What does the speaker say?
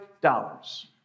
dollars